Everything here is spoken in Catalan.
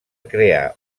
crear